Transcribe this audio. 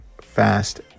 fast